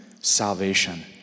salvation